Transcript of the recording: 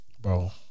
bro